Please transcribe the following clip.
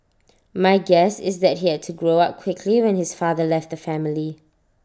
my guess is that he had to grow up quickly when his father left the family